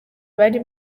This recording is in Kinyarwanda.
bari